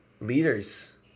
leaders